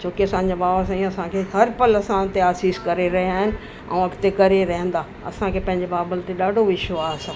छोकि असांजा बाबा साईं असांखे हर पल असांते आसीस करे रहिया आहिनि ऐं अॻिते करे रहंदा असांखे पंहिंजे बाबल ते ॾाढो विश्वास आहे